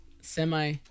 Semi